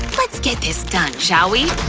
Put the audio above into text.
let's get this done, shall we?